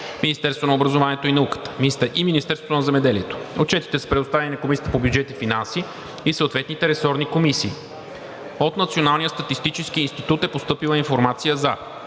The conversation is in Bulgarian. Министерството на образованието и науката и Министерството на земеделието. Отчетите са предоставени на Комисията по бюджет и финанси и съответните ресорни комисии. От Националния статистически институт е постъпила информация за